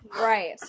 right